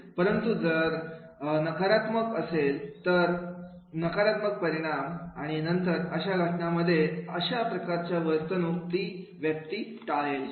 परंतु जर तनु नकारात्मक असेल तर नकारात्मक परिणाम नंतर अशा घटनांमध्ये अशा प्रकारची वर्तणूक ती व्यक्ती टाळेल